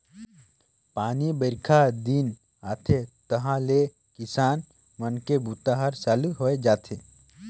पानी बाईरखा दिन आथे तहाँले किसान मन के बूता हर चालू होए जाथे